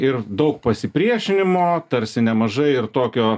ir daug pasipriešinimo tarsi nemažai ir tokio